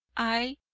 i,